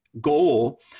goal